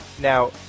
Now